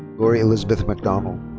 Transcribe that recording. lori elizabeth mcdonald.